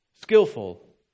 Skillful